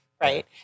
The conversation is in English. right